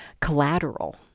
collateral